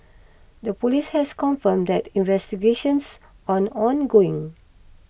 the police has confirmed that investigations are ongoing